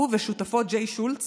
הוא ושותפו ג'יי שולץ